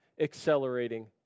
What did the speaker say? accelerating